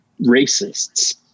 racists